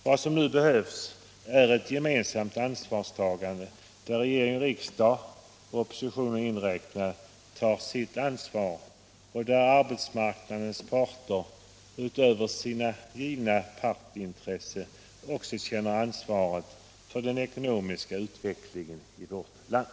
Vad som nu behövs är ett gemensamt ansvarstagande, där regering och riksdag — oppositionen inräknad — tar sitt ansvar och där arbetsmarknadens parter utöver sina egna partsintressen också känner ansvaret för den ekonomiska utvecklingen i vårt land.